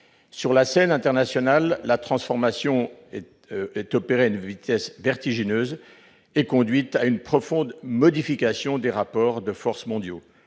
Sur la scène internationale, la transformation s'est opérée à une vitesse vertigineuse. Elle a conduit à une profonde modification des rapports de force mondiaux